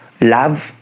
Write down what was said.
love